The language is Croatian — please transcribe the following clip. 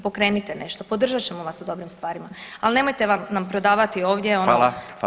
Pokrenite nešto, podržat ćemo vas u dobrim stvarima, ali nemojte nam prodavati ovdje.